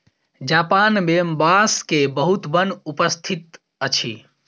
Japan मे बांस के बहुत वन उपस्थित अछि